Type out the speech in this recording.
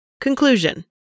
Conclusion